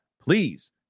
please